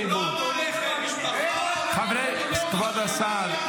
לאב השכול פה, לעולם לא נסלח לך.